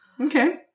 Okay